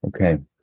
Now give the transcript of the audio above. Okay